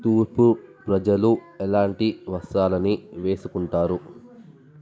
తూర్పు ప్రజలు ఎలాంటి వస్త్రాలని వేసుకుంటారు